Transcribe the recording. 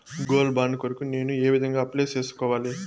Gold bond కొరకు నేను ఏ విధంగా అప్లై సేసుకోవాలి?